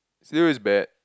serious bet